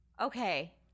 okay